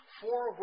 four